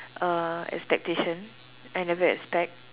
uh expectation I never expect